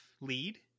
lead